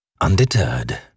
Undeterred